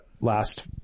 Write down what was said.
last